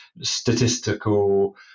statistical